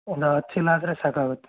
ಒಂದು ಹತ್ತು ಚೀಲ ಆದರೆ ಸಾಕಾಗುತ್ತೆ